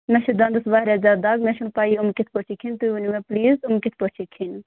مےٚ چھِ دنٛدس واریاہ زیادٕ دِگ مےٚ چھِنہٕ پیِی یِم کِتھٕ پٲٹھۍ چھِ کھیٚنۍ تُہۍ ونِیٛو مےٚ پُلیٖز یِم کِتھٕ پٲٹھۍ چھِ کھیٚنۍ